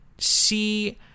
see